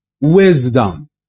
Wisdom